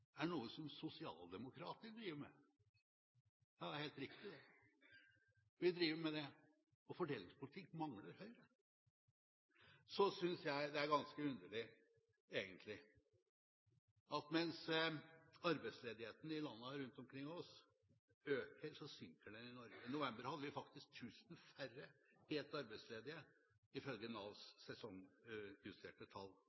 mangler Høyre. Så synes jeg noe er ganske underlig, egentlig. Mens arbeidsledigheten i landene rundt omkring oss øker, synker den i Norge. I november hadde vi faktisk tusen færre helt arbeidsledige, ifølge Navs sesongjusterte tall.